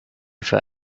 for